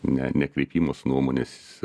ne nekreipimas nuomonės